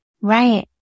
Right